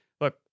look